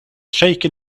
shaken